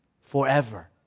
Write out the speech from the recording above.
forever